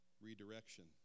redirection